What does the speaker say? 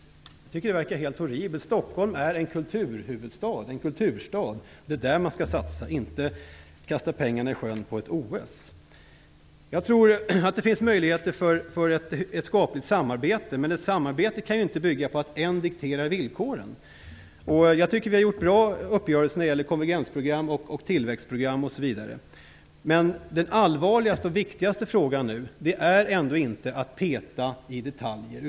Det verkar helt horribelt; Stockholm är ju en kulturstad och kulturhuvudstad. Det är på det man skall satsa och inte kasta pengarna i sjön på ett OS. Jag tror att det finns möjligheter till ett skapligt samarbete, men ett samarbete kan inte bygga på att bara en dikterar villkoren. Vi har gjort bra uppgörelser om konvergensprogram och tillväxtprogram, men den allvarligaste och viktigaste frågan nu är ändå inte att peta i detaljer.